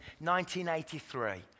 1983